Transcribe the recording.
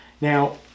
Now